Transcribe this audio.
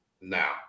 now